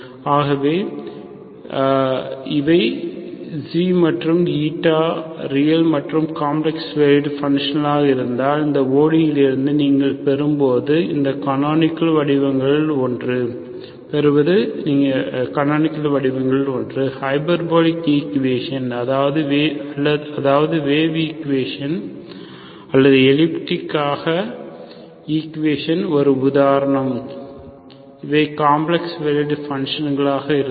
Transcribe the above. ஆகவே இவை ξ and real மற்றும் காம்ப்ளக்ஸ் வேல்யூடு பன்ஷன்ளாக இருந்தால் இந்த ODE இலிருந்து நீங்கள் பெறும்போது இந்த கனோனிக்கள் வடிவங்களில் ஒன்று ஹைபர்போலிக் ஈக்குவேஷன் அதாவது வேவ் ஈக்குவேஷன் அல்லது எலிப்டிக் ஆக ஈக்குவேஷன் ஒரு உதாரணம் இவை காம்ப்ளக்ஸ் வேலுட் பன்ஷங்களாக இருந்தால்